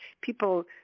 People